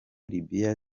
libya